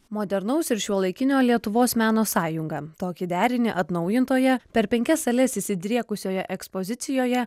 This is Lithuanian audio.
modernaus ir šiuolaikinio lietuvos meno sąjunga tokį derinį atnaujintoje per penkias sales išsidriekusioje ekspozicijoje